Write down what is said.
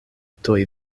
tuj